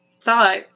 thought